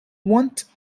want